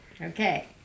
Okay